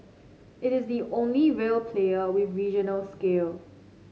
it is the only real player with regional scale